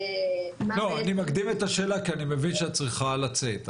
--- אני מקדים את השאלה כי אני מבין שאת צריכה לצאת.